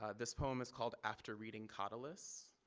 ah this poem is called after reading catullus.